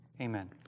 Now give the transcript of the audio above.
Amen